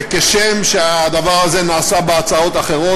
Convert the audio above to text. וכשם שהדבר הזה נעשה בהצעות אחרות,